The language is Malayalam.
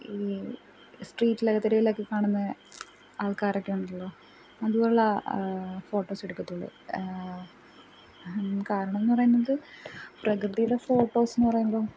ഈ സ്ട്രീറ്റ്ലക്കെ തെരുവിലക്കെ കാണുന്ന ആൾക്കാരക്കെയുണ്ടല്ലൊ അതുപോലുള്ള ഫോട്ടോസെട്ക്കത്തൊള്ളു കാരണം എന്ന് പറയുന്നത് പ്രകൃതീടെ ഫോട്ടോസ്ന്ന് പറയുമ്പം